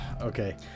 Okay